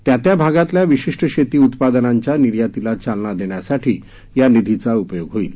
त्या त्या भागातल्या विशिष्ट शेती उत्पादनांच्या निर्यातीला चालना देण्यासाठी या निधीचा उपयोग होईल